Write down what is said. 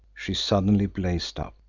she suddenly blazed up.